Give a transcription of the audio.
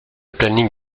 planning